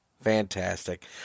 fantastic